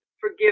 forgive